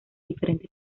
diferentes